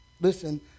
Listen